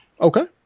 okay